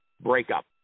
breakup